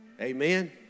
amen